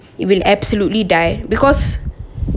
we will absolutely die because